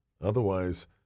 Otherwise